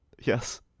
Yes